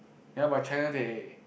ya but China they